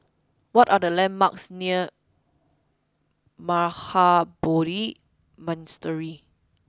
what are the landmarks near Mahabodhi Monastery